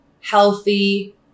healthy